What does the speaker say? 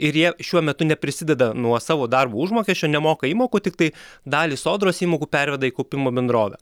ir jie šiuo metu neprisideda nuo savo darbo užmokesčio nemoka įmokų tiktai dalį sodros įmokų perveda į kaupimo bendrovę